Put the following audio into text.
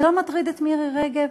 זה לא מטריד את מירי רגב,